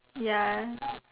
ya